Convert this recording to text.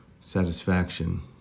satisfaction